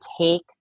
take